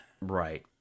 Right